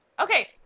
Okay